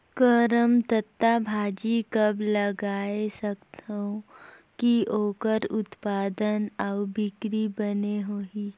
करमत्ता भाजी कब लगाय सकत हो कि ओकर उत्पादन अउ बिक्री बने होही?